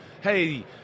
hey